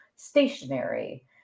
stationary